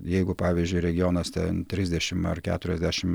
jeigu pavyzdžiui regionuose trisdešim ar keturiasdešim